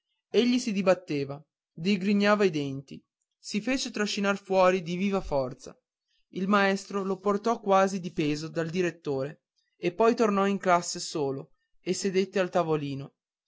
banco egli si dibatteva digrignava i denti si fece trascinar fuori di viva forza il maestro lo portò quasi di peso dal direttore e poi tornò in classe solo e sedette al tavolino